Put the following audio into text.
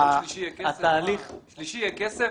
יום שלישי יהיה כסף?